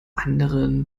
anderen